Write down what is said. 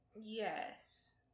Yes